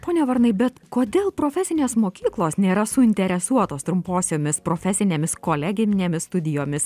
pone varnai bet kodėl profesinės mokyklos nėra suinteresuotos trumposiomis profesinėmis koleginėmis studijomis